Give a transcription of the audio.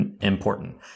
important